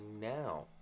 now